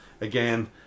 again